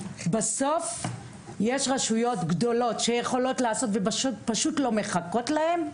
בסוף יש רשויות גדולות שיכולות לעשות ופשוט לא מחכות להם,